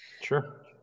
Sure